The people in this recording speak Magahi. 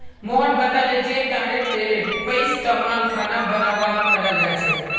मोहन बताले जे तारेर तेलेर पइस्तमाल खाना बनव्वात कराल जा छेक